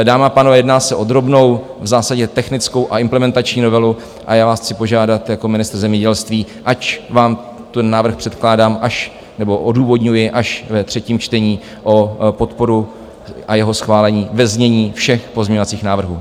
Dámy a pánové, jedná se o drobnou, v zásadě technickou a implementační novelu a já vás chci požádat jako ministr zemědělství, ač vám ten návrh předkládám až... nebo odůvodňuji až ve třetím čtení, o podporu a jeho schválení ve znění všech pozměňovacích návrhů.